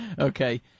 Okay